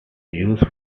used